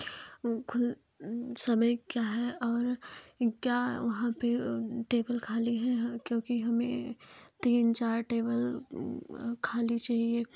खुल समय क्या है और क्या वहाँ पर टेबल खाली है क्योंकि हमें तीन चार टेबल खाली चाहिए